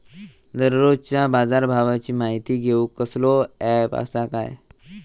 दररोजच्या बाजारभावाची माहिती घेऊक कसलो अँप आसा काय?